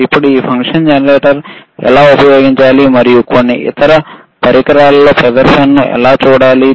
ఇప్పుడు ఈ function generator ఎలా ఉపయోగించాలి మరియు కొన్ని ఇతర పరికరాలలో ప్రదర్శనను ఎలా చూడాలి